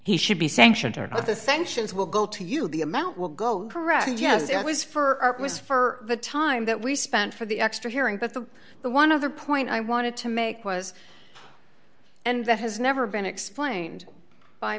he should be sanctioned or the sanctions will go to you the amount will go correct and yes it was for it was for the time that we spent for the extra hearing but the the one of the point i wanted to make was and that has never been explained by